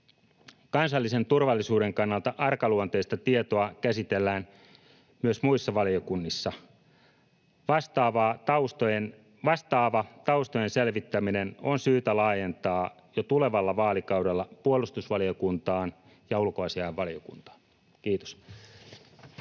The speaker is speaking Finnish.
Kansallisen turvallisuuden kannalta arkaluonteista tietoa käsitellään myös muissa valiokunnissa. Vastaava taustojen selvittäminen on syytä laajentaa jo tulevalla vaalikaudella puolustusvaliokuntaan ja ulkoasiainvaliokuntaan. — Kiitos.